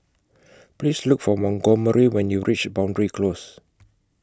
Please Look For Montgomery when YOU REACH Boundary Close